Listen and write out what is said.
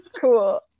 cool